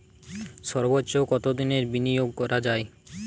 সর্বোচ্চ কতোদিনের বিনিয়োগ করা যায়?